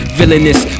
villainous